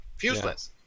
fuseless